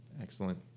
Excellent